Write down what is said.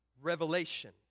revelation